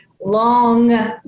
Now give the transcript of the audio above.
long